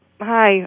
Hi